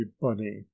bunny